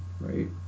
right